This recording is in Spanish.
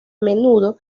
menudo